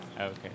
Okay